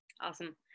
Awesome